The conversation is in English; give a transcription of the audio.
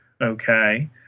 Okay